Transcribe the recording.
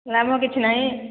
ନା ମ କିଛି ନାହିଁ